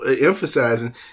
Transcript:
emphasizing